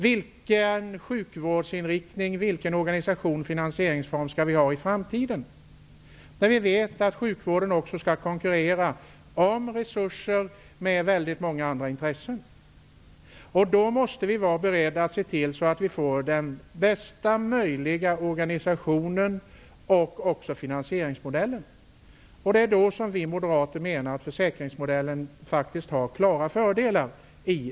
Vilken sjukvårdsinriktning, vilken organisation och finansieringsform skall vi ha? Vi vet att sjukvården skall konkurrera om resurser med väldigt många andra intressen. Då måste vi vara beredda att se till att vi får den bästa möjliga organisationen och finansieringsmodellen. Där menar vi moderater att försäkringsmodellen har klara fördelar.